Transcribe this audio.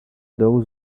those